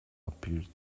appeared